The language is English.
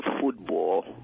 football